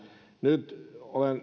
nyt